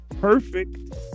perfect